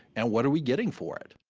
and what are we getting for it?